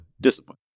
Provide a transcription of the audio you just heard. discipline